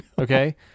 Okay